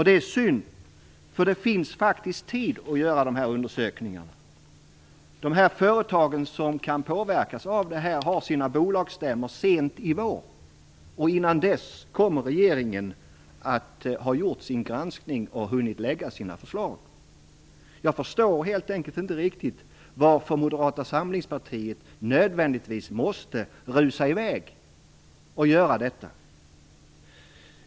Det är synd, för det finns faktiskt tid att göra dessa undersökningar. De företag som kan påverkas av detta har sina bolagsstämmor sent i vår. Innan dess kommer regeringen att ha gjort sin granskning och att ha hunnit lägga fram sina förslag. Jag förstår inte riktigt varför Moderata samlingspartiet nödvändigtvis måste rusa i väg och göra detta.